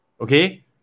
okay